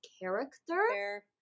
character